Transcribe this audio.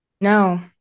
No